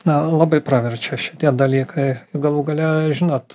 na labai praverčia šitie dalykai galų gale žinot